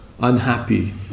unhappy